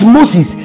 Moses